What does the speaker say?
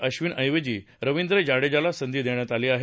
अबिन ऐवजी रवीद्र जडेजाला संधी देण्यात आली आहे